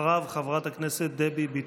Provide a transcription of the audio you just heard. אחריו חברת הכנסת דבי ביטון.